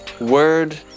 Word